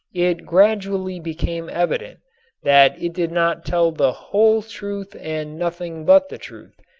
it gradually became evident that it did not tell the whole truth and nothing but the truth,